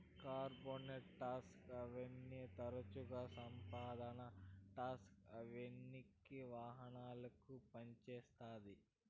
corporate tax హావెన్ని తరచుగా సంప్రదాయ టాక్స్ హావెన్కి వాహనాలుగా పంజేత్తాయి